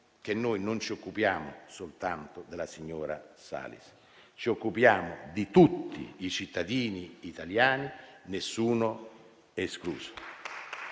che non ci occupiamo soltanto della signora Salis. Ci occupiamo di tutti i cittadini italiani, nessuno escluso.